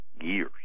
years